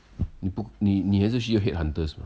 你你不你你还是需要 head hunters mah